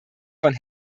von